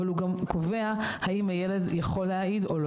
אבל הוא גם קובע האם הילד יכול להעיד או לא